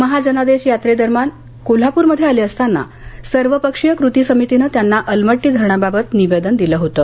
महाजानादेश यात्रेदरम्यान कोल्हापूरमध्ये आर्ले असताना सर्वपक्षीय कृती समितीनं त्यांना अलमट्टी धरणाबाबत निवेदन दिलं होतं